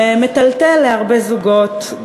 ומטלטל להרבה זוגות,